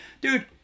Dude